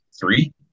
three